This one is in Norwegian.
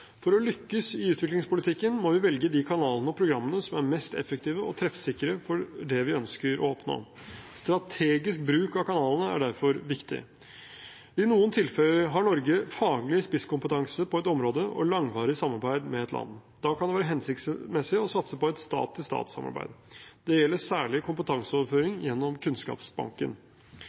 For å lykkes i utviklingspolitikken må vi velge de kanalene og programmene som er mest effektive og treffsikre for det vi ønsker å oppnå. Strategisk bruk av kanalene er derfor viktig. I noen tilfeller har Norge faglig spisskompetanse på et område og langvarig samarbeid med et land. Da kan det være hensiktsmessig å satse på et stat-til-stat-samarbeid. Det gjelder særlig kompetanseoverføring gjennom Kunnskapsbanken.